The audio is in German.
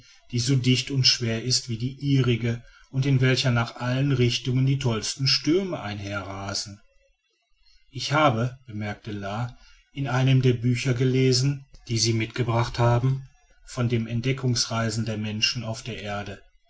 die so dicht und schwer ist wie die ihrige und in welcher nach allen richtungen die tollsten stürme einherrasen ich habe bemerkte la in einem der bücher gelesen die sie mitgebracht haben von den entdeckungsreisen der menschen auf der erde